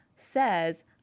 says